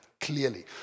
clearly